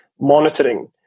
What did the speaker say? monitoring